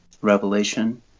revelation